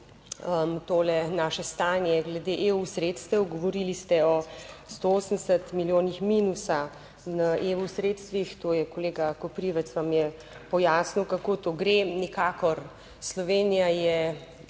naše stanje glede EU sredstev. Govorili ste o 180 milijonih minusa, EU sredstvih, to je, kolega Koprivc vam je pojasnil kako to gre. Nikakor, Slovenija je